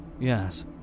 Yes